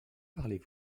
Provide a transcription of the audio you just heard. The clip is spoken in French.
parlez